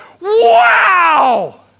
Wow